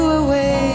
away